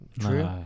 True